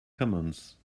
commons